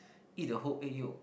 eat the whole egg yolk